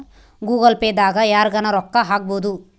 Google Pay ದಾಗ ಯರ್ಗನ ರೊಕ್ಕ ಹಕ್ಬೊದು